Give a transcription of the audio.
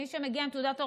מי שמגיע עם תעודת הוראה,